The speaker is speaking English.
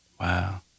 Wow